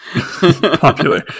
popular